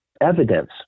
evidence